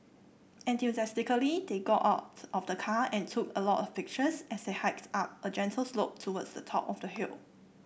enthusiastically they got out of the car and took a lot of pictures as they hiked up a gentle slope towards the top of the hill